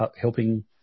helping